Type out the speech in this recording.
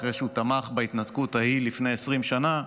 אחרי שהוא תמך בהתנתקות ההיא לפני 20 שנה,